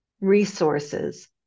resources